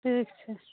ठीक छै